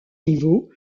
niveau